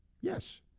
Yes